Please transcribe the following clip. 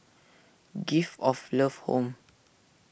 Gift of Love Home